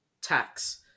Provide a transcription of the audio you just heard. tax